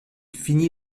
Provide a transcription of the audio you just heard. finit